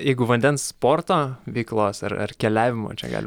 jeigu vandens sporto veiklos ar ar keliavimo čia galim